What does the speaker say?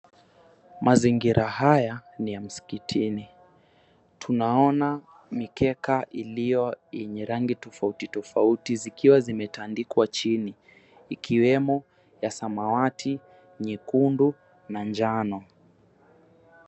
Mazingira haya ni ya msikitini. Tunaona mikeka iliyo yenye rangi tofauti tofauti zikiwa zimetandikwa chini, ikiwemo ya samawati, nyekundu na njano.